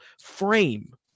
frame